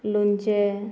लोणचे